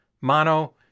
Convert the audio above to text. Mono